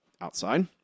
outside